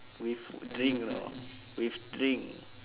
with drink you know with drink